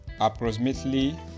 approximately